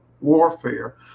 warfare